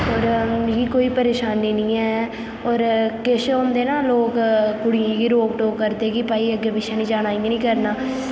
होर मिगी कोई परेशानी नी ऐ होर किश होंदे ना लोक कुड़ियें गी रोक टोक करदे की भई अग्गे पिच्छे नि जाना इयां निं करना